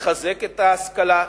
לחזק את ההשכלה,